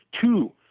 two